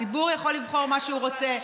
הציבור יכול לבחור מה שהוא רוצה,